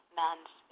man's